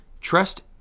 Trust